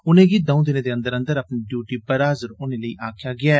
उनेंगी द ' ऊं दिनें दे अंदर अंदर अपनी डयूटी पर हाजर होने लेई आक्खेआ गेदा ऐ